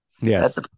Yes